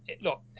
Look